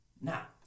Now